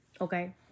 Okay